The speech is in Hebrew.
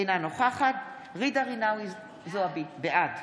אינה נוכחת ג'ידא רינאוי זועבי, בעד